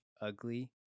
ugly